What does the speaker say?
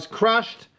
crushed